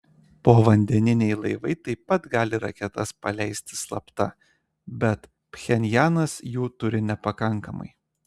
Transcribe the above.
povandeniniai laivai taip pat gali raketas paleisti slapta bet pchenjanas jų turi nepakankamai